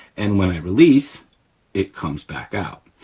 and when i release it comes back out.